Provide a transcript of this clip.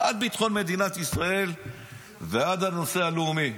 עד ביטחון מדינת ישראל ועד הנושא הלאומי.